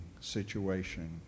situation